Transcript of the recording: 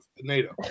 NATO